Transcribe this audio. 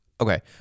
Okay